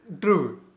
True